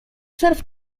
przerw